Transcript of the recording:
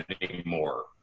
anymore